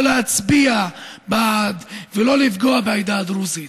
להצביע בעד ולא לפגוע בעדה הדרוזית,